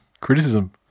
criticism